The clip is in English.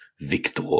Victor